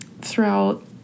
throughout